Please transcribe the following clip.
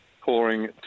pouring